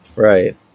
Right